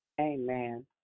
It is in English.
Amen